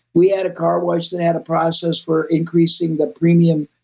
we had a car wash that had a process for increasing the premium